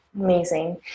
Amazing